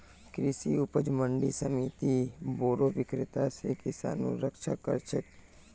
कृषि उपज मंडी समिति बोरो विक्रेता स किसानेर रक्षा कर छेक